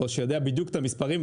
שיודע בדיוק את המספרים,